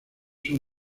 son